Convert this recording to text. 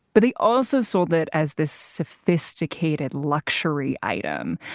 but they also sold it as this sophisticated luxury item.